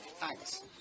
Thanks